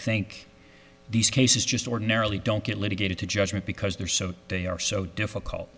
think these cases just ordinarily don't get litigated to judgment because they're so they are so difficult